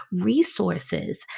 resources